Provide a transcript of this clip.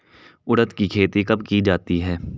उड़द की खेती कब की जाती है?